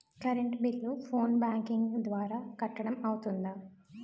Current bill phone banking ద్వారా కట్టడం అవ్తుందా?